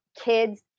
kids